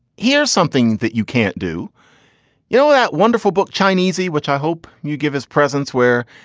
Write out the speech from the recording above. here's something that you can't do you know that wonderful book, chineses, which i hope you give his presence where,